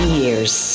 years